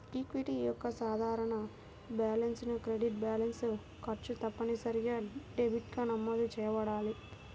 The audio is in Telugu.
ఈక్విటీ యొక్క సాధారణ బ్యాలెన్స్ క్రెడిట్ బ్యాలెన్స్, ఖర్చు తప్పనిసరిగా డెబిట్గా నమోదు చేయబడాలి